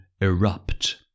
erupt